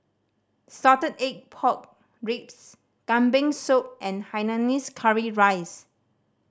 salted egg pork ribs Kambing Soup and hainanese curry rice